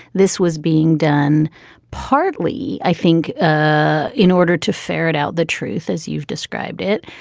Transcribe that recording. this was being done partly, i think, ah in order to ferret out the truth, as you've described it,